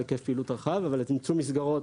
היקף פעילות רחב אבל צמצום המסגרות,